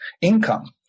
income